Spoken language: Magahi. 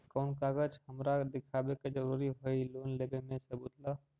कौन कागज हमरा दिखावे के जरूरी हई लोन लेवे में सबूत ला?